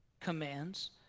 commands